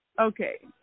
Okay